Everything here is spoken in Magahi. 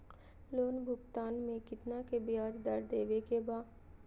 लोन भुगतान में कितना का ब्याज दर देवें के बा?